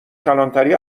کلانتری